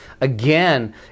again